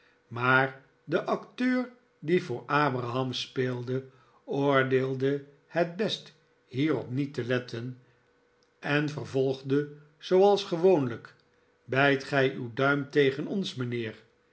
maar de acteur die voor abraham speelde oordeelde het best hierop niet te lettenenvervolgde zooals gewoonlijk bijt gij uw duim tegen ons mijnheer